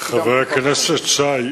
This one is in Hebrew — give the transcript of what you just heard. חבר הכנסת שי,